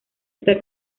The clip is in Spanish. esta